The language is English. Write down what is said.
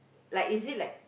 like is it like